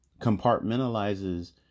compartmentalizes